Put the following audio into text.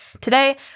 today